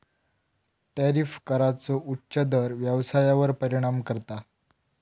tariff कराचो उच्च दर व्यवसायावर परिणाम करता